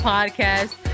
Podcast